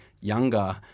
younger